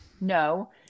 No